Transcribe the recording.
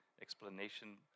Explanation